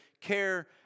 care